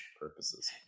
purposes